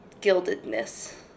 gildedness